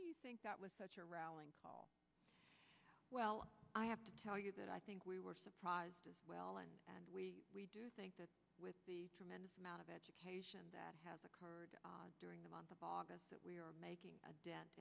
do you think that was such a rallying call well i have to tell you that i think we were surprised as well and and we think that with the amount of education that has occurred during the month of august that we are making a dent